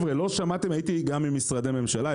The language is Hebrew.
הייתי גם עם משרדי ממשלה,